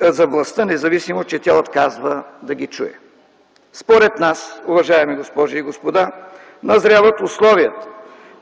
за властта, независимо че тя отказва да ги чуе? Според нас, уважаеми госпожи и господа, назряват условията